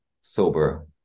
sober